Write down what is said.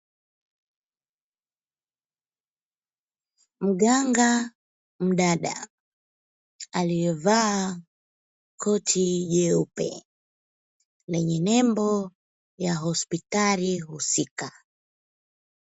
Mganga mdada, aliyevaa koti jeupe lenye nembo ya hospitali husika.